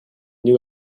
new